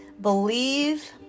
believe